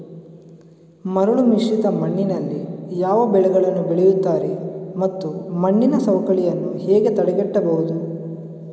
ಮರಳುಮಿಶ್ರಿತ ಮಣ್ಣಿನಲ್ಲಿ ಯಾವ ಬೆಳೆಗಳನ್ನು ಬೆಳೆಯುತ್ತಾರೆ ಮತ್ತು ಮಣ್ಣಿನ ಸವಕಳಿಯನ್ನು ಹೇಗೆ ತಡೆಗಟ್ಟಬಹುದು?